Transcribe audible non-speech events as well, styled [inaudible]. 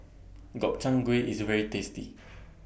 [noise] Gobchang Gui IS very tasty [noise]